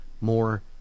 more